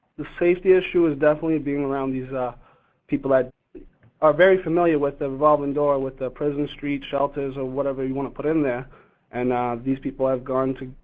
the safety issue is definitely being around these ah people that do are very familiar with the revolving door with the prison street shelters or whatever you wanna put in there and these people have gone to,